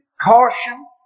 caution